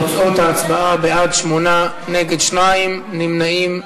תוצאות ההצבעה: בעד, 8, נגד, 2, אין נמנעים.